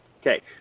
Okay